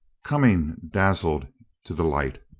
coming dazzled to the light.